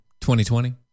2020